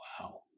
Wow